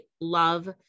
love